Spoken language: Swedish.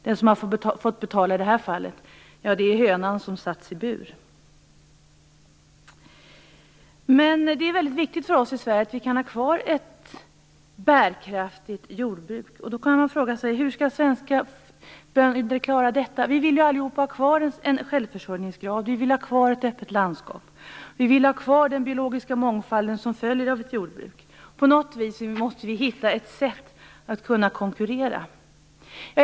Den som fått betala i det här fallet är hönan, som satts i bur. Det är viktigt för oss i Sverige att ha kvar ett bärkraftigt jordbruk. Man kan då fråga sig hur svenska bönder skall klara detta. Vi vill ha kvar en viss självförsörjningsgrad, vi vill har kvar ett öppet landskap och vi vill ha kvar den biologiska mångfald som följer av ett jordbruk. På något vis måste vi hitta ett sätt att konkurrera.